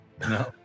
No